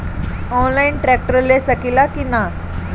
Online tractor ले सकीला कि न?